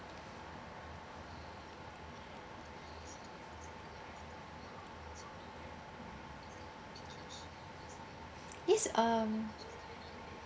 yes mm